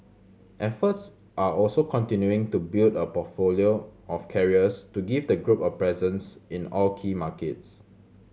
efforts are also continuing to build a portfolio of carriers to give the group a presence in all key markets